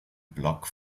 block